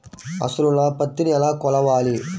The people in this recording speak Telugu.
అసలు నా పత్తిని ఎలా కొలవాలి?